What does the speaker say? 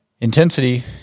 Intensity